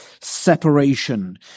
separation